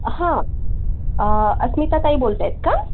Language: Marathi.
हां अस्मिता ताई बोलत आहेत का